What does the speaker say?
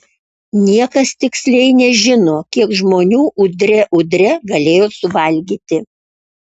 niekas tiksliai nežino kiek žmonių udre udre galėjo suvalgyti